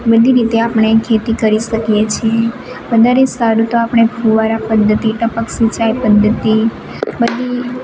બધી રીતે આપણે ખેતી કરી શકીએ છીએ વધારે સારું તો આપણે ફુવારા પદ્ધતિ ટપક સિંચાઈ પદ્ધતિ બધી